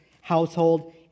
household